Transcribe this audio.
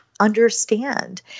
understand